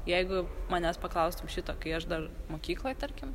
jeigu manęs paklaustum šito kai aš dar mokykloj tarkim